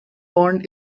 bond